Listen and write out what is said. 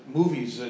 movies